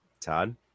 todd